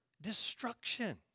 destruction